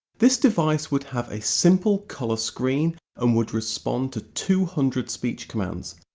this device would have a simple colour screen and would respond to two hundred speech commands,